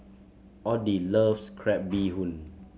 Oddie loves crab bee hoon